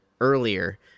earlier